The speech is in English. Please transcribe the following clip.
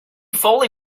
fully